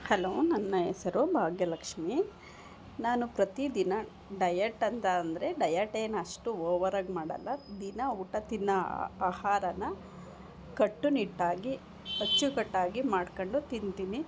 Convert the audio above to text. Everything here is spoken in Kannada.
ಹಲೋ ನನ್ನ ಹೆಸರು ಭಾಗ್ಯಲಕ್ಷ್ಮಿ ನಾನು ಪ್ರತಿ ದಿನ ಡಯಟ್ ಅಂತ ಅಂದರೆ ಡಯಟ್ ಏನು ಅಷ್ಟು ಓವರಾಗಿ ಮಾಡೋಲ್ಲ ದಿನಾ ಊಟ ತಿನ್ನೋ ಆಹಾರನ ಕಟ್ಟು ನಿಟ್ಟಾಗಿ ಅಚ್ಚು ಕಟ್ಟಾಗಿ ಮಾಡ್ಕೊಂಡು ತಿಂತೀನಿ